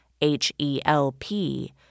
H-E-L-P